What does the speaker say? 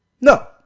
no